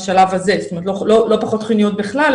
לא פחות חיוניות בכלל,